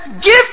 give